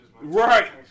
right